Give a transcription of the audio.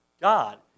God